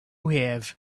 have